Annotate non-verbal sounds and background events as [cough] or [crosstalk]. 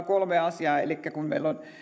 [unintelligible] kolme asiaa kun meillä on